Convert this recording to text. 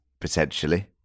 potentially